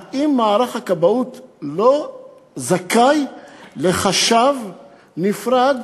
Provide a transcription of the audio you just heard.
האם מערך הכבאות לא זכאי לחשב נפרד